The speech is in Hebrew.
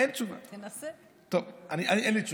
אין לי תשובה.